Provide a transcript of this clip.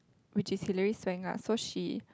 which is Hillary-Swank lah so she